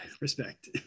respect